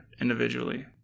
individually